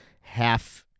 half-